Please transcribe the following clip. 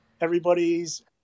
everybody's